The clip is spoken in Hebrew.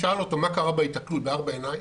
שאל אותו מה קרה בהיתקלות בארבע עיניים,